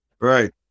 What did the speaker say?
Right